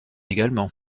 également